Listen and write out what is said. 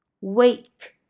wake